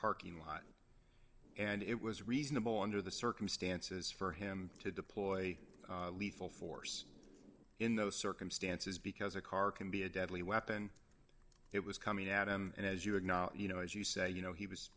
parking lot and it was reasonable under the circumstances for him to deploy lethal force in those circumstances because a car can be a deadly weapon it was coming at him and as you would not you know as you say you know he was